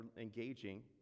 engaging